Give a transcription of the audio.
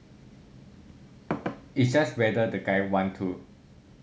it's just whether the guy want to